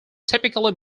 typically